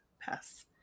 pass